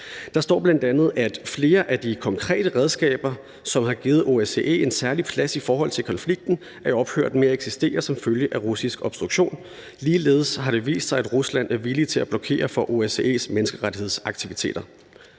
Der står bl.a., at flere af de konkrete redskaber, som har givet OSCE en særlig plads i forhold til konflikten, er ophørt med at eksistere som følge af russisk obstruktion. Ligeledes har det vist sig, at Rusland er villig til at blokere for OSCE's menneskerettighedsaktiviteter.